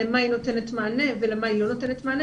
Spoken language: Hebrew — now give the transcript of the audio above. למה היא נותנת מענה ולמה היא לא נותנת מענה